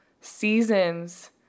Seasons